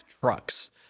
trucks